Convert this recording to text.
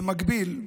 במקביל,